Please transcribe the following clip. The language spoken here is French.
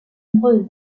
nombreuses